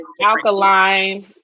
alkaline